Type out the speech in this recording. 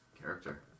character